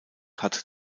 hat